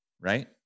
right